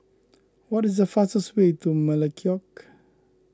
what is the fastest way to Melekeok